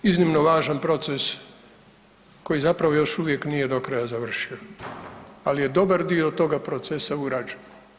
Iznimno važan proces koji zapravo još uvijek nije do kraja završio, ali je dobar dio toga procesa urađen.